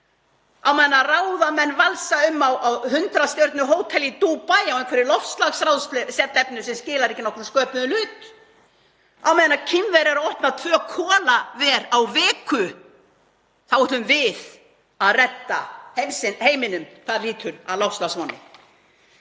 Á meðan ráðamenn valsa um á 100 stjörnu hóteli í Dubai á einhverri loftslagsráðstefnu sem skilar ekki nokkrum sköpuðum hlut, á meðan Kínverjar opna tvö kolaver á viku, þá ætlum við að redda heiminum hvað lýtur að loftslagsvánni.